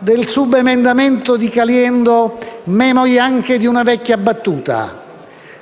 del subemendamento 1.401/5, memori anche di una vecchia battuta.